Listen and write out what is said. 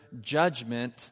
judgment